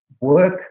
work